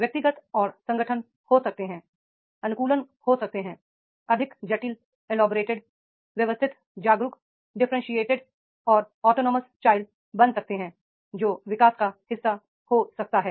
व्यक्तिगत और संगठन हो सकते हैं अनुकूलन हो सकते हैं अधिक जटिल लेबोरेटरी व्यवस्थित जागरूक डिफरेंटशिएटिड और ऑटोनॉमस चाइल्ड बन सकते हैं जो विकास का हिस्सा हो सकता है